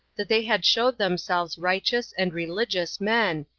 that they had showed themselves righteous and religious men,